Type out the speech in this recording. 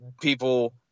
people